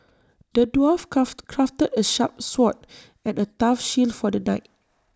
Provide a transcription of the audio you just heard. the dwarf crafted crafted A sharp sword and A tough shield for the knight